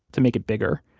to make it bigger.